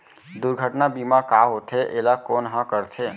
दुर्घटना बीमा का होथे, एला कोन ह करथे?